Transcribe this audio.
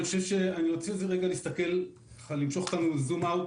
אני אמשוך אותנו להסתכל בזום אאוט,